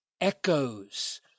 echoes